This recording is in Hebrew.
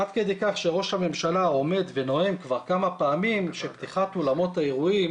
עד כדי כך שראש הממשלה עומד ונואם כבר כמה פעמים שפתיחת אולמות האירועים